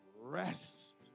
rest